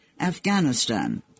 Afghanistan